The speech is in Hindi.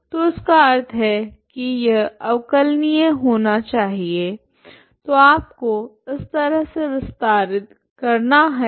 तो इसका अर्थ है कि यह अवकलनीय होना चाहिए तो आपको इस तरह से विस्तार करना पड़ेगा कि वह अवकलनीय हों